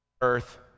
earth